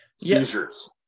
seizures